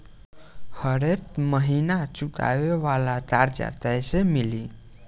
हरेक महिना चुकावे वाला कर्जा कैसे मिली?